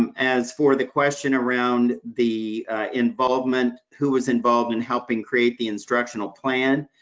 um as for the question around the involvement, who is involved in helping create the instructional plan,